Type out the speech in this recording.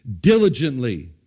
diligently